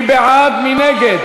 כהצעת